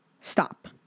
stop